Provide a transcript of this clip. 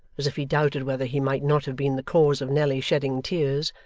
as if he doubted whether he might not have been the cause of nelly shedding tears,